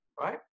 right